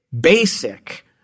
basic